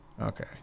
Okay